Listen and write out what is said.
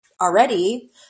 already